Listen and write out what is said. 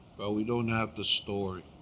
but we don't have the story.